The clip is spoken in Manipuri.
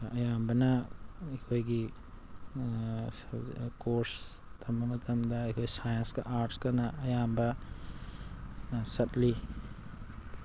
ꯑꯌꯥꯝꯕꯅ ꯑꯩꯈꯣꯏꯒꯤ ꯀꯣꯔꯁ ꯇꯝꯕ ꯃꯇꯝꯗ ꯑꯩꯈꯣꯏ ꯁꯥꯏꯟꯁꯀꯥ ꯑꯥꯔꯠꯁꯀꯅ ꯑꯌꯥꯝꯕ ꯆꯠꯂꯤ